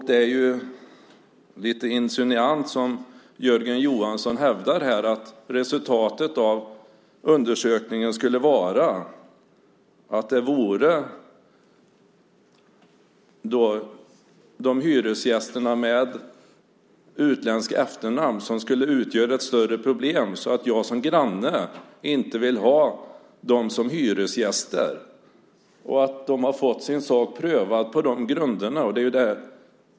Det är lite insinuant som Jörgen Johansson hävdar här att resultatet av undersökningen skulle vara att det var de hyresgäster med utländskt efternamn som skulle utgöra ett större problem så att jag som granne inte vill ha dem som hyresgäster och att de har fått sin sak prövad på de grunderna.